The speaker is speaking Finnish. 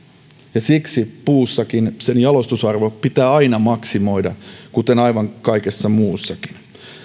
siksi puunkin jalostusarvo pitää aina maksimoida kuten aivan kaikessa muussakin